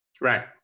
Right